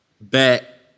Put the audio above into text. back